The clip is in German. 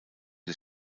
des